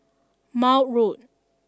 Maude Road